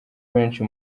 benshi